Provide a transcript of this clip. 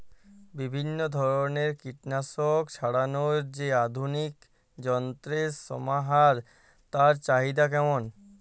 বিভিন্ন ধরনের কীটনাশক ছড়ানোর যে আধুনিক যন্ত্রের সমাহার তার চাহিদা কেমন?